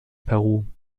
peru